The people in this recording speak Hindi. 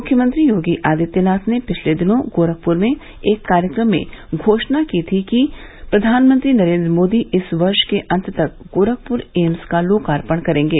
मुख्यमंत्री योगी आदित्यनाथ ने पिछले दिनों गोरखपुर में एक कार्यक्रम में घोषणा की थी कि प्रधानमंत्री नरेंद्र मोदी इस वर्ष के अंत तक गोरखपुर एम्स का लोकार्पण करेंगे